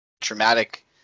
traumatic